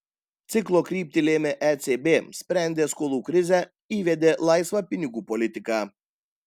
ciklo kryptį lėmė ecb sprendė skolų krizę įvedė laisvą pinigų politiką